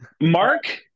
Mark